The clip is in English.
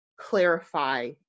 clarify